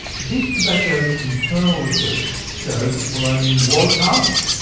big tobacco's internal research showed that polonium was harmful,